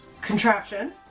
contraption